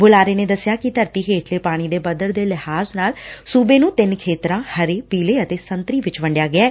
ਬੁਲਾਰੇ ਨੇ ਦਸਿਆ ਕਿ ਧਰਤੀ ਹੇਠਲੇ ਪਾਣੀ ਦੇ ਪੱਧਰ ਦੇ ਲਿਹਾਜ ਨਾਲ ਸੁਬੇ ਨੂੰ ਤਿੰਨ ਖੇਤਰਾਂ ਹਰੇ ਪੀਲੇ ਅਤੇ ਸੰਤਰੀ ਵਿਚ ਵੰਡਿਆ ਗੈ